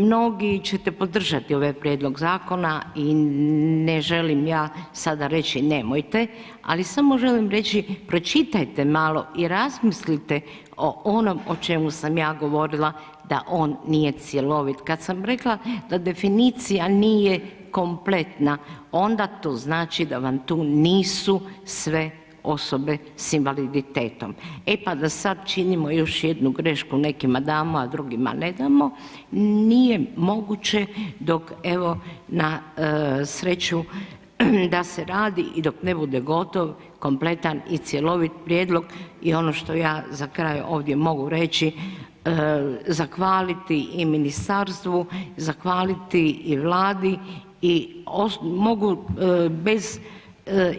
Mnogi ćete podržati ovaj prijedlog zakona i ne želim ja sada reći nemojte, ali samo želim reći pročitajte malo i razmislite o onom o čemu sam ja govorila da on nije cjelovit, kad sam rekla da definicija nije kompletna onda to znači da vam tu nisu sve osobe s invaliditetom, e pa da sad činimo još jednu grešku, nekima damo, a drugima ne damo, nije moguće dok evo na sreću da se radi i dok ne bude gotovo kompletan i cjelovit prijedlog i ono što ja za kraj ovdje mogu reći, zahvaliti i ministarstvu, zahvaliti i Vladi i mogu bez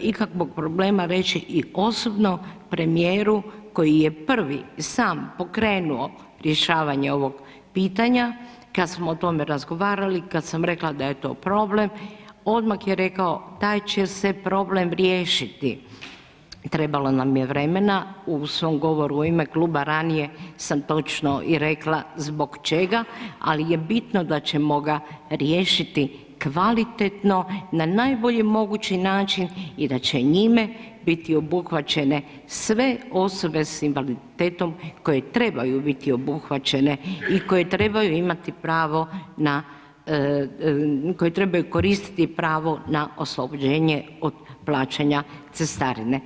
ikakvog problema reći i osobno premijeru koji je prvi i sam pokrenuo rješavanje ovog pitanja kad smo o tome razgovarali, kad sam rekla da je to problem, odmah je rekao taj će se problem riješiti, trebalo nam je vremena, u svom govoru u ime kluba ranije sam točno i rekla zbog čega, ali je bitno da ćemo ga riješiti kvalitetno, na najbolji mogući način i da će njime biti obuhvaćene sve osobe s invaliditetom koje trebaju biti obuhvaćene i koje trebaju imati pravo na, koje trebaju koristiti pravo na oslobođenje od plaćanja cestarine.